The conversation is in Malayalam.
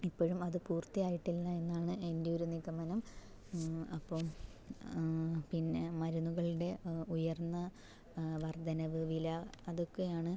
ഇപ്പോഴും അത് പൂർത്തിയായിട്ടില്ല എന്നാണ് എൻ്റെ ഒരു നിഗമനം അപ്പം പിന്നെ മരുന്നുകളുടെ ഉയർന്ന വർദ്ധനവ് വില അതൊക്കെയാണ്